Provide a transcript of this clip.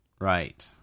Right